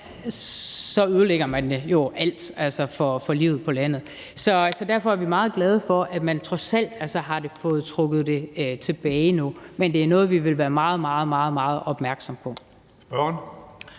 ødelægger man jo alt for livet på landet. Så derfor er vi meget glade for, at man trods alt har fået trukket det tilbage nu. Men det er noget, som vi vil være meget, meget opmærksomme på.